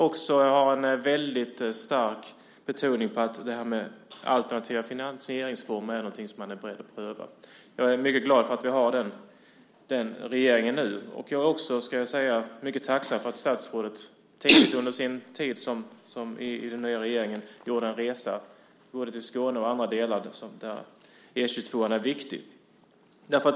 Den har också en väldigt stark betoning på att alternativa finansieringsformer är någonting som man är beredd att pröva. Jag är mycket glad för att vi har den regeringen nu. Jag är också mycket tacksam för att statsrådet tidigt under sin tid i den nya regeringen gjorde en resa till både Skåne och andra delar där E 22:an är viktig.